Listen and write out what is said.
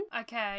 Okay